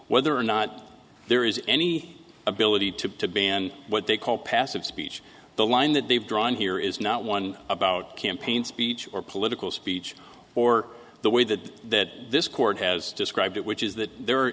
whether or not there is any ability to ban what they call passive speech the line that they've drawn here is not one about campaigns beach or political speech or the way that this court has described it which is that there are